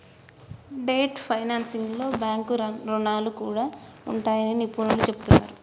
debt ఫైనాన్సింగ్లో bank రుణాలు కూడా ఉంటాయని నిపుణులు చెబుతున్నరు